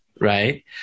right